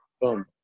boom